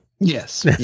yes